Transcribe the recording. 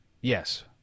Yes